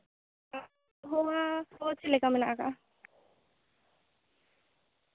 ᱟᱵᱚᱦᱟᱣᱟ ᱠᱷᱚᱵᱚᱨ ᱪᱮᱫ ᱞᱮᱠᱟ ᱢᱮᱱᱟᱜ ᱟᱠᱟᱫᱼᱟ